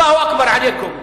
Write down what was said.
"אללהו אכבר עליכום".